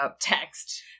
text